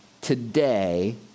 today